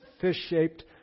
fish-shaped